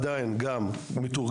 פה עדיין גם מתורגלים,